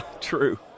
True